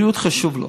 בריאות חשובה לו.